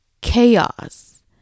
chaos